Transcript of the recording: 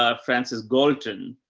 ah francis galten,